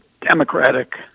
Democratic